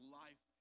life